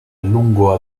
lungo